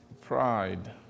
pride